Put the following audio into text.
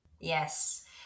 Yes